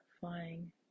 flying